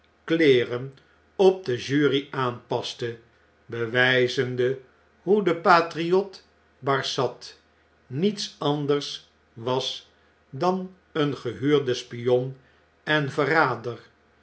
kleeren op de jury aanpaste bewijzende hoe de patriot barsad niets anders was dan een gehuurde spion en verrader